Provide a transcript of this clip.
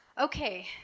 Okay